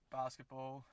basketball